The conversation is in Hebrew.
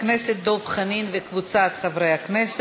פרסום מידע בדבר תאונות עבודה ומחלות מקצוע),